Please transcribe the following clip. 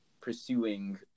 pursuing